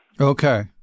Okay